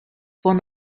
one